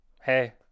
Hey